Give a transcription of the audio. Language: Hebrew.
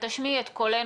ותשמיעי את קולנו,